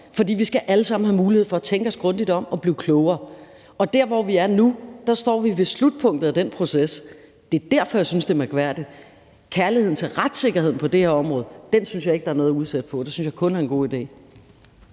for vi skal alle sammen have mulighed for at tænke os grundigt om og blive klogere. Der, hvor vi er nu, står vi ved slutpunktet af den proces. Det er derfor, jeg synes, det er mærkværdigt. Kærligheden til retssikkerheden på det her område synes jeg ikke at der er noget at udsætte på. Det synes jeg kun er en god idé.